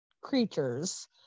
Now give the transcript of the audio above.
creatures